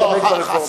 להתעמק ברפורמה הזאת.